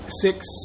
Six